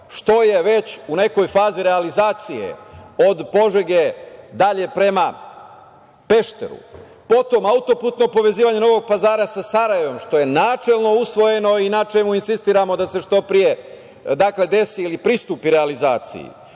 što je već u nekoj fazi realizacije, od Požege dalje prema Pešteru, potom autoputno povezivanje Novog Pazara sa Sarajevom, što je načelno usvojeno i načelno insistiramo da se što pre pristupi realizaciji,